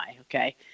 Okay